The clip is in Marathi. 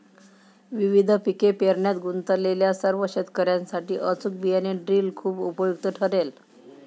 विविध पिके पेरण्यात गुंतलेल्या सर्व शेतकर्यांसाठी अचूक बियाणे ड्रिल खूप उपयुक्त ठरेल